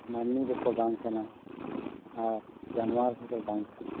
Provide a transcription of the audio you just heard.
ᱢᱟᱹᱱᱢᱤ ᱫᱚᱠᱚ ᱵᱟᱝ ᱠᱟᱱᱟ ᱟᱨ ᱡᱟᱱᱣᱟᱨ ᱦᱚᱸᱠᱚ ᱵᱟᱝ ᱠᱟᱱᱟ